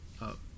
up